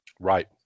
Right